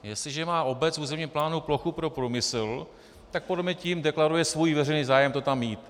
Jestliže má obec v územním plánu plochu pro průmysl, tak podle mne tím deklaruje svůj veřejný zájem to tam mít.